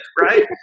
right